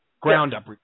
Ground-up